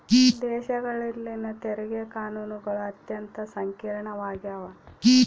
ದೇಶಗಳಲ್ಲಿನ ತೆರಿಗೆ ಕಾನೂನುಗಳು ಅತ್ಯಂತ ಸಂಕೀರ್ಣವಾಗ್ಯವ